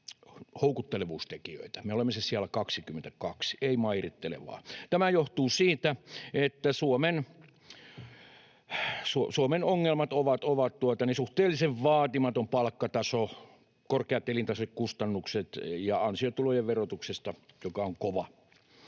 me olemme sijalla 22, ei mairittelevaa. Tämä johtuu siitä, että Suomen ongelmat ovat suhteellisen vaatimaton palkkataso, korkeat elintasokustannukset ja ansiotulojen verotus, joka on kova.